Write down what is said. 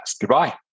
Goodbye